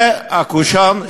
זה הקושאן שלנו,